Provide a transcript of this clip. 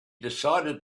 decided